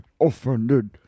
offended